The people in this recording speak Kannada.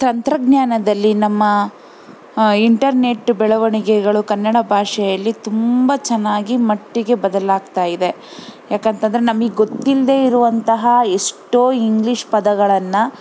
ತಂತ್ರಜ್ಞಾನದಲ್ಲಿ ನಮ್ಮ ಇಂಟರ್ನೆಟ್ ಬೆಳವಣಿಗೆಗಳು ಕನ್ನಡ ಭಾಷೆಯಲ್ಲಿ ತುಂಬ ಚೆನ್ನಾಗಿ ಮಟ್ಟಿಗೆ ಬದಲಾಗ್ತಾಯಿದೆ ಯಾಕಂತಂದರೆ ನಮಿಗೆ ಗೊತ್ತಿಲ್ಲದೆ ಇರುವಂತಹ ಎಷ್ಟೋ ಇಂಗ್ಲೀಷ್ ಪದಗಳನ್ನು